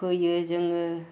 फोयो जोङो